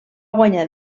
guanyar